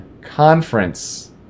conference